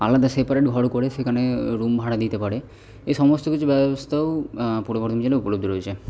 আলাদা সেপারেট ঘর করে সেখানে রুম ভাড়া দিতে পারে এই সমস্ত কিছু ব্যবস্থাও পূর্ব বর্ধমান জেলায় উপলব্ধ রয়েছে